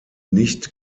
nicht